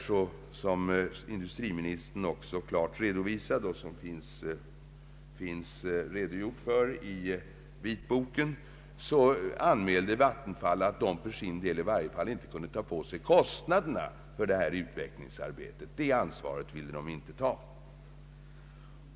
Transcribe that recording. Såsom industriministern här klart har redovisat och även redogjort för i vitboken anmälde Vattenfall att verket inte kunde ta på sig kostnaderna i varje fall för detta utvecklingsarbete. Det ansvaret ville verket inte ta.